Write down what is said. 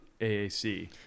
AAC